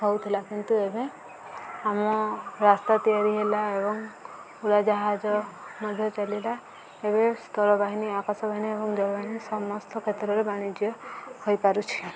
ହେଉଥିଲା କିନ୍ତୁ ଏବେ ଆମ ରାସ୍ତା ତିଆରି ହେଲା ଏବଂ ଉଡ଼ଜାହାଜ ମଧ୍ୟ ଚାଲିଲା ଏବେ ସ୍ଥଳବାହିନୀ ଆକାଶବାହିନୀ ଏବଂ ଜଳବାହିନୀ ସମସ୍ତ କ୍ଷେତ୍ରରେ ବାଣିଜ୍ୟ ହୋଇପାରୁଛି